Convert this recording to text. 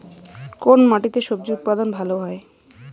কোন মাটিতে স্বজি উৎপাদন ভালো হয়?